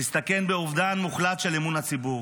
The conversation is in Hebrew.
נסתכן באובדן מוחלט של אמון הציבור,